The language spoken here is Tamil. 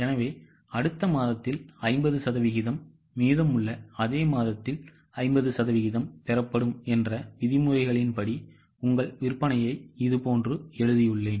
எனவே அடுத்தமாதத்தில்50 சதவிகிதம் மீதமுள்ள அதே மாதத்தில் 50 சதவிகிதம் பெறப்படும் என்ற விதிமுறைகளின்படி உங்கள் விற்பனையை இதுபோன்று எழுதியுள்ளேன்